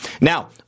Now